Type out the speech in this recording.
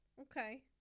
Okay